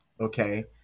Okay